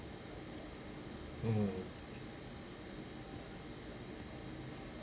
mm